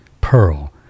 Pearl